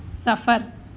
سفر